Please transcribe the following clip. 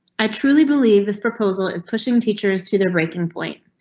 i truly believe this proposal is pushing teachers to their breaking point.